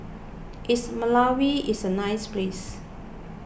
is Malawi is a nice place